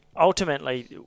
ultimately